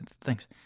Thanks